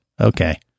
Okay